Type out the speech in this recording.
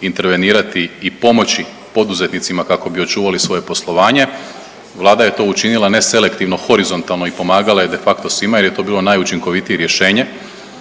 intervenirati i pomoći poduzetnicima kako bi očuvali svoje poslovanje Vlada je to učinila ne selektivno, horizontalno i pomagala je de facto svima jer je to bilo najučinkovitije rješenje,